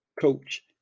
coach